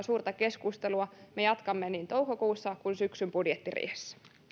suurta keskustelua me jatkamme niin toukokuussa kuin syksyn budjettiriihessä